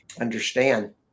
understand